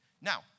Now